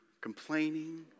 complaining